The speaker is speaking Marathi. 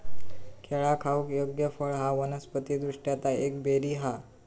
केळा खाऊक योग्य फळ हा वनस्पति दृष्ट्या ता एक बेरी हा